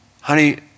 honey